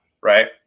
Right